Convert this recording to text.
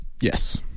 Yes